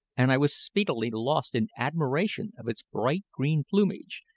and i was speedily lost in admiration of its bright-green plumage,